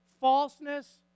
falseness